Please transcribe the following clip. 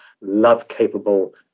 love-capable